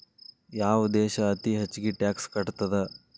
ಯಾವ್ ದೇಶ್ ಅತೇ ಹೆಚ್ಗೇ ಟ್ಯಾಕ್ಸ್ ಕಟ್ತದ?